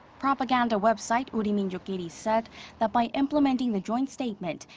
propaganda website uriminzokkiri said that by implementing the joint statement.